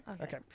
Okay